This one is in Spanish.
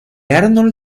arnold